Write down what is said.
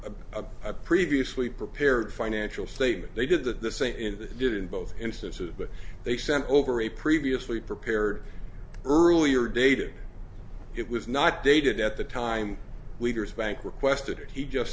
a previously prepared financial statement they did that the same in that did in both instances but they sent over a previously prepared earlier dated it was not dated at the time leader's bank requested it he just